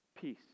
Peace